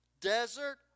desert